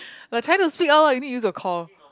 we're trying to speak out ah you need to use a call